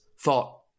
thought